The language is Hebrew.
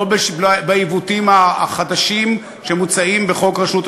לא בעיוותים החדשים שמוצעים בחוק רשות השידור.